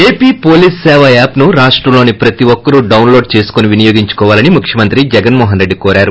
AP police Seva app ను రాష్టంలోని ప్రతి ఒక్కరూ డౌన్ లోడ్ చేసుకోవాలని ముఖ్యమంత్రి జగన్మోహన్ రెడ్డి కోరారు